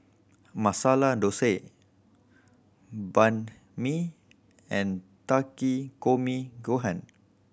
Masala Dosa Banh Mi and Takikomi Gohan